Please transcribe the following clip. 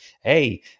Hey